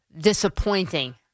disappointing